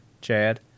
Chad